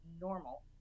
normal